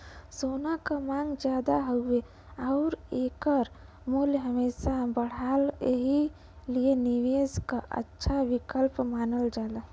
सोना क मांग जादा हउवे आउर एकर मूल्य हमेशा बढ़ला एही लिए निवेश क अच्छा विकल्प मानल जाला